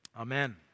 Amen